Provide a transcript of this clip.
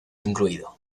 incluido